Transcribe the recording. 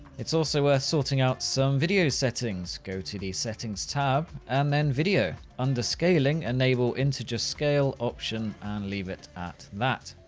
it's also worth sorting out some video settings. go to the settings tab and then video. under scaling enable integer scale option and leave it at that.